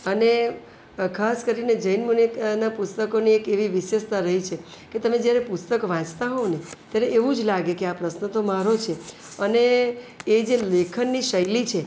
અને ખાસ કરીને જૈન મુનીના એના પુસ્તકોની એક એવી વિશેષતા રહી છે કે તમે જ્યારે પુસ્તક વાંચતા હોવને ત્યારે એવું જ લાગે કે આ પ્રશ્ન તો મારો છે અને એ જે લેખનની શૈલી છે